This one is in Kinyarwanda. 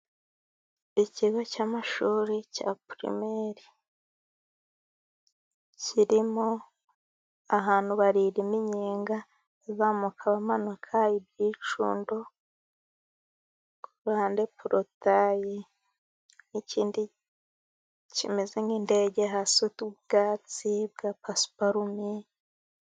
Ikigo cy'amashuri cya primeri. Kirimo ahantu baririra iminyenga, bazamuka abamanuka, ibyicundo, ku ruhande protayi, n'ikindi kimeze nk'indege, hasi hari ubwatsi bwa pasparume.